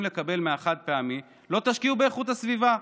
לקבל מהחד-פעמי לא תשקיעו באיכות הסביבה?